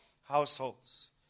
households